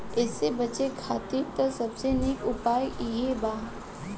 एसे बचे खातिर त सबसे निक उपाय इहे बा